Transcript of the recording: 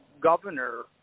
governor